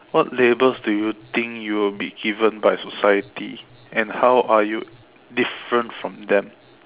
what labels do you think you'll be given by society and how are you different from them